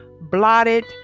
Blotted